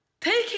Taking